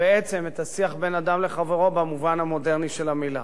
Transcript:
בעצם את השיח בין אדם לחברו במובן המודרני של המלה.